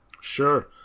Sure